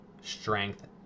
strength